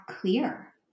clear